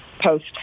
post